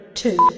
two